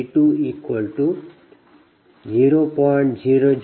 002 Pg2 0